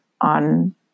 on